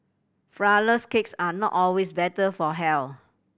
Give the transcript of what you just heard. flourless cakes are not always better for health